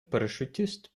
парашютист